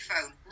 phone